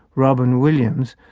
robyn williams,